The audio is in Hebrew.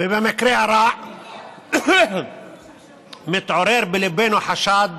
ובמקרה הרע מתעורר בליבנו חשד